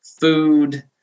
food